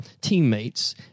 teammates